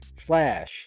slash